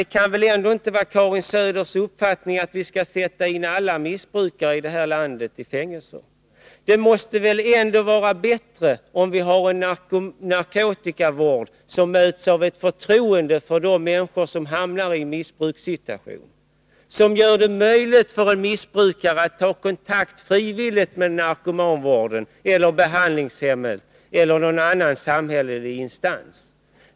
Det kan väl inte vara Karin Söders uppfattning att vi skall sätta in alla missbrukare i fängelse. Det måste väl ändå vara bättre om vi har en narkomanvård som möts av förtroende från de människor som hamnar i en missbrukssituation och som gör det möjligt för en missbrukare att frivilligt ta kontakt med behandlingshemmet eller någon annan samhällelig instans.